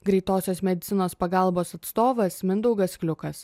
greitosios medicinos pagalbos atstovas mindaugas kliukas